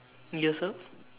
you also